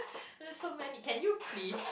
there's so many can you please